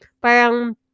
Parang